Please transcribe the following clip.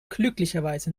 glücklicherweise